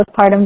postpartum